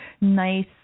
nice